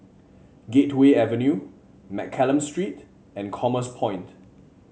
Gateway Avenue Mccallum Street and Commerce Point